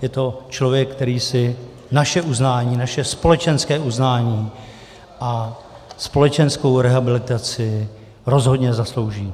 Je to člověk, který si naše společenské uznání a společenskou rehabilitaci rozhodně zaslouží.